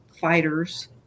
fighters